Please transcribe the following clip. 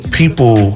people